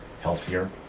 healthier